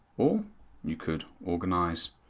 or you could organize,